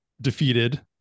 defeated